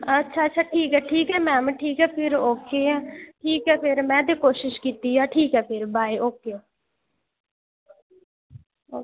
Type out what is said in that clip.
अच्छा अच्छा ठीक ऐ ठीक ऐ मैम ठीक ऐ फ्ही ओके ऐ ठीक ऐ फ्ही में ते कोशिश कीती ऐ ठीक ऐ फ्ही बाय ओके ओ